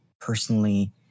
personally